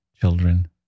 children